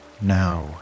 now